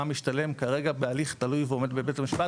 משתלם כרגע בהליך תלוי ועומד בבית המשפט.